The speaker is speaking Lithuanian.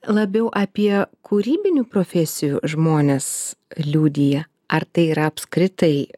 labiau apie kūrybinių profesijų žmones liudija ar tai yra apskritai